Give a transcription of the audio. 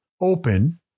open